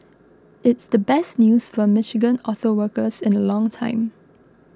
it's the best news for Michigan auto workers in the long time